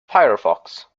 firefox